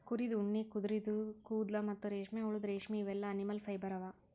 ಕುರಿದ್ ಉಣ್ಣಿ ಕುದರಿದು ಕೂದಲ ಮತ್ತ್ ರೇಷ್ಮೆಹುಳದ್ ರೇಶ್ಮಿ ಇವೆಲ್ಲಾ ಅನಿಮಲ್ ಫೈಬರ್ ಅವಾ